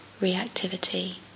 reactivity